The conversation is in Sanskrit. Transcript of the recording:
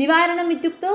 निवारणमित्युक्तौ